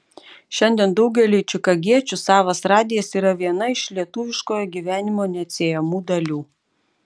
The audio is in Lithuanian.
šiandien daugeliui čikagiečių savas radijas yra viena iš lietuviškojo gyvenimo neatsiejamų dalių